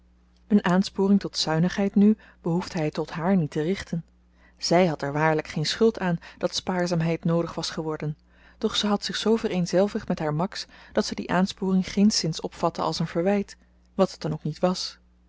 een aansporing tot zuinigheid nu behoefte hy tot hààr niet te richten zy had er waarlyk geen schuld aan dat spaarzaamheid noodig was geworden doch ze had zich zoo vereenzelvigd met haar max dat ze die aansporing geenszins opvatte als een verwyt wat het dan ook niet was